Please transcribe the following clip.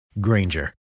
Granger